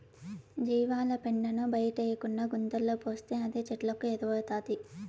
జీవాల పెండను బయటేయకుండా గుంతలో పోస్తే అదే చెట్లకు ఎరువౌతాది